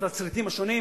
את התסריטים השונים,